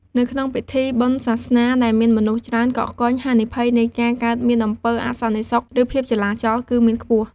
នៅក្នុងពិធីបុណ្យសាសនាដែលមានមនុស្សច្រើនកកកុញ ហានិភ័យនៃការកើតមានអំពើអសន្តិសុខ ឬភាពចលាចលគឺមានខ្ពស់។